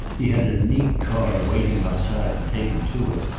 he had a neat car waiting outside to take him to it,